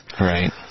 Right